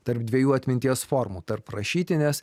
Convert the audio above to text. tarp dviejų atminties formų tarp rašytinės